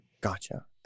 Gotcha